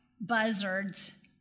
buzzards